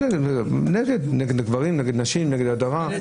נגד גברים, נגד נשים, נגד הדרה.